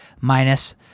minus